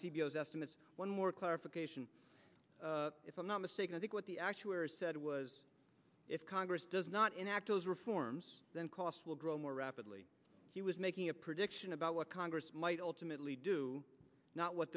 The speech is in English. s estimates one more clarification if i'm not mistaken i think what the actuaries said was if congress does not actos reforms then costs will grow more rapidly he was making a prediction about what congress might ultimately do not what